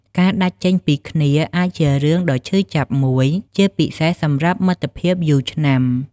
ការដាច់ចេញពីគ្នាអាចជារឿងដ៏ឈឺចាប់មួយ ជាពិសេសសម្រាប់មិត្តភាពយូរឆ្នាំ។